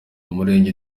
umurenge